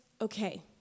okay